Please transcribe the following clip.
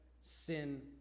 sin